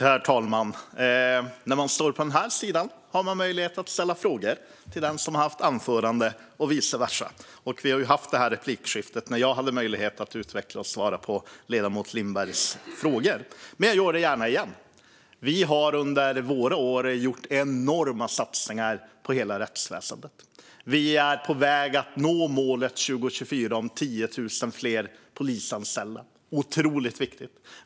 Herr talman! När man står på den här sidan har man möjlighet att ställa frågor till den som hållit anförande. Vi hade ju det här replikskiftet när jag hade möjlighet att utveckla och svara på ledamoten Lindbergs frågor. Men jag tar det gärna igen. Vi har under våra år gjort enorma satsningar på hela rättsväsendet. Vi är på väg att nå målet om 10 000 fler polisanställda 2024. Det är otroligt viktigt.